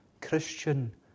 Christian